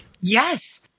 Yes